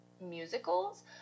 Musicals